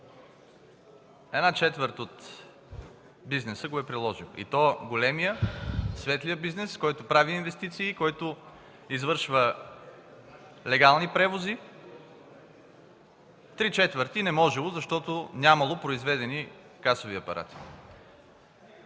Една четвърт от бизнеса го е приложил и то големият, светлият бизнес, който прави инвестиции, който извършва легални превози. Три четвърти не можели, защото нямало произведени касови апарати!?